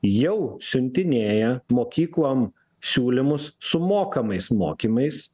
jau siuntinėja mokyklom siūlymus su mokamais mokymais